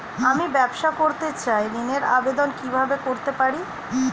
আমি ব্যবসা করতে চাই ঋণের আবেদন কিভাবে করতে পারি?